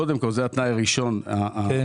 קודם כל זה התנאי הראשון המינימלי.